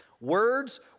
Words